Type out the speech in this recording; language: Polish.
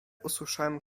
usłyszałem